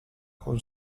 con